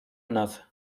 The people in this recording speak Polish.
nas